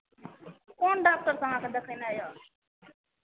कौन डाक्टर से अहाँ के देखेनाइ य